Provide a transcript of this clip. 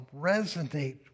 resonate